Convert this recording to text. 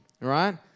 right